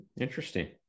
Interesting